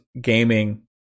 gaming